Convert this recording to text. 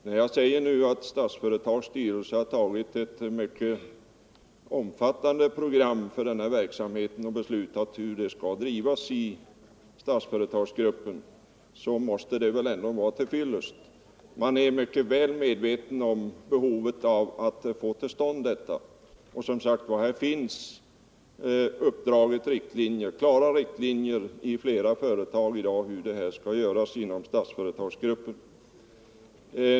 När jag nu säger att Statsföretags styrelse har antagit ett mycket omfattande program för denna verksamhet och beslutat hur den skall drivas i Statsföretagsgruppen, måste väl detta ändå vara till fyllest. Man är där väl medveten om behovet av att få arbetsdemokrati till stånd. Här finns som sagt i flera företag klara riktlinjer uppdragna för hur detta skall göras inom Statsföretagsgruppen.